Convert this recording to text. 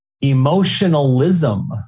Emotionalism